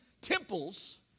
temples